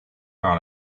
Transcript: par